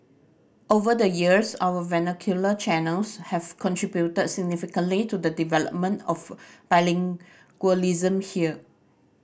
over the years our vernacular channels have contributed significantly to the development of bilingualism here